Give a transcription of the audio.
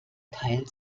teil